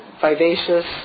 vivacious